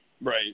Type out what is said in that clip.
Right